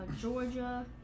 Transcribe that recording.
Georgia